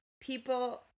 people